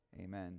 amen